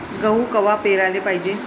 गहू कवा पेराले पायजे?